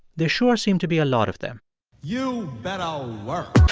there sure seem to be a lot of them you better work